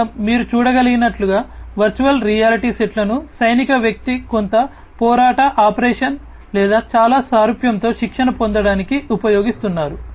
ఇక్కడ మీరు చూడగలిగినట్లుగా వర్చువల్ రియాలిటీ సెట్లను సైనిక వ్యక్తి కొంత పోరాట ఆపరేషన్ లేదా చాలా సారూప్యంతో శిక్షణ పొందటానికి ఉపయోగిస్తున్నారు